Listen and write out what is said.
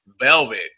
Velvet